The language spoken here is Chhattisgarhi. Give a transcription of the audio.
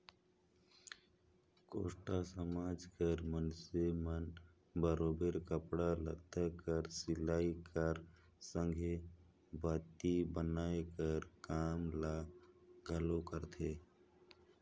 कोस्टा समाज कर मइनसे मन बरोबेर कपड़ा लत्ता कर सिलई कर संघे बाती बनाए कर काम ल घलो करथे